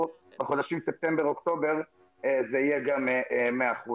או בחודשים ספטמבר-אוקטובר זה יהיה 100%,